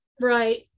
right